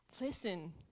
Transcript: Listen